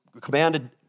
commanded